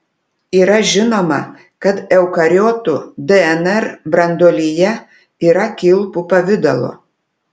yra žinoma kad eukariotų dnr branduolyje yra kilpų pavidalo